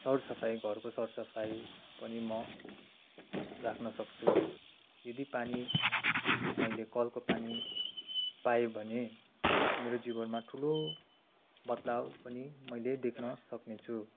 सरसफाइ घरको सरसफाइ पनि म राक्न सक्छु यदि पानी मैले कलको पानी पाए भने मेरो जीवनमा ठुलो बद्लाउ पनि मैले देख्न सक्नेछु